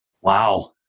Wow